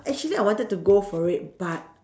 actually I wanted to go for it but